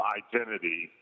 identity